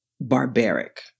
barbaric